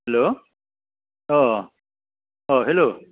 hello hello